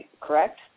correct